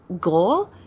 goal